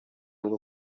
bwo